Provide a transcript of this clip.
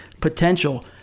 potential